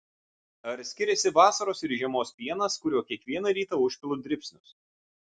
ar skiriasi vasaros ir žiemos pienas kuriuo kiekvieną rytą užpilu dribsnius